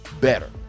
better